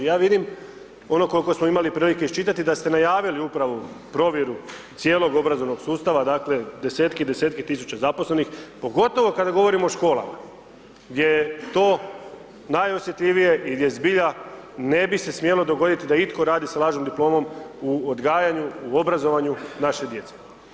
Ja vidim ono koliko smo imali prilike iščitati da ste najavili upravo provjeru cijelog obrazovnog sustava, dakle desetke i desetke tisuće zaposlenih pogotovo kada govorimo o školama gdje je to najosjetljivije i gdje zbilja ne bi se smjelo dogoditi da itko radi sa lažnom diplom u odgajanju, u obrazovanju naše djece.